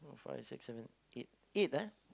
five six seven eight eight ah